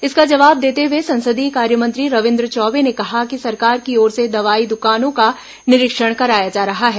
इसका जवाब देते हुए संसदीय कार्य मंत्री रविंद्र चौबे ने कहा कि सरकार की ओर से दवाई दुकानों का निरीक्षण कराया जा रहा है